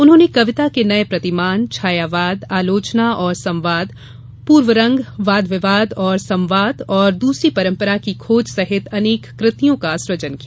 उन्होंने कविता के नए प्रतिमान छायावाद आलोचना और संवाद पूर्व रंग वाद विवाद और संवाद और दूसरी परंपरा की खोज सहित अनेक कृतियों का सृजन किया